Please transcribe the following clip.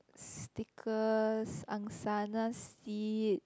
because Angsana sit